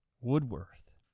Woodworth